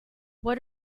what